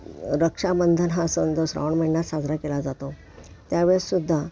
रक्षाबंधन हा सण दर श्रावण महिन्यात साजरा केला जातो त्यावेळेस सुद्धा